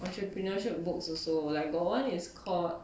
entrepreneurship books also like got one is called